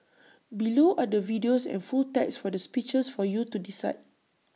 below are the videos and full text for the speeches for you to decide